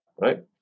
right